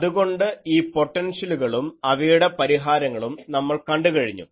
അതുകൊണ്ട് ഈ പൊട്ടൻഷ്യലുകളും അവയുടെ പരിഹാരങ്ങളും നമ്മൾ കണ്ടുകഴിഞ്ഞു